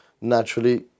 naturally